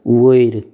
वयर